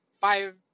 five